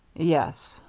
yes.